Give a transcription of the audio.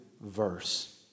verse